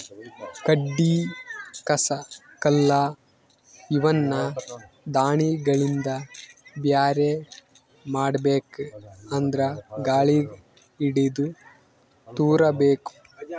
ಕಡ್ಡಿ ಕಸ ಕಲ್ಲ್ ಇವನ್ನ ದಾಣಿಗಳಿಂದ ಬ್ಯಾರೆ ಮಾಡ್ಬೇಕ್ ಅಂದ್ರ ಗಾಳಿಗ್ ಹಿಡದು ತೂರಬೇಕು